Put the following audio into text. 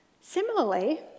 Similarly